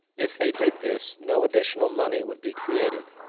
if they did this, no additional money would be created.